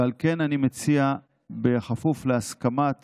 ועל כן אני מציע, בכפוף להסכמת